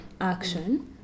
action